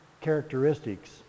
characteristics